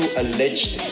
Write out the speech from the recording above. alleged